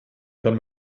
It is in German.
kann